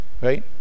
right